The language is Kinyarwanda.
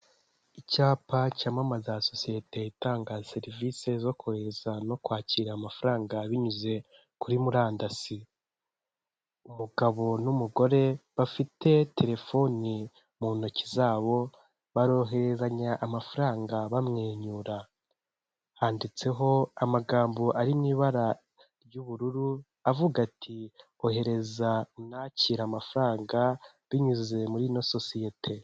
Icyapa cyamamaza sosiyete itanga serivisi zo kohereza no kwakira amafaranga binyuze kuri murandasi, umugabo n'umugore bafite telefoni mu ntoki zabo baroherezanya amafaranga bamwenyura, handitseho amagambo ari mu ibara ry'ubururu avuga ati kohereza unakira amafaranga binyuze muri na sosiyete.